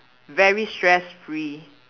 very stress free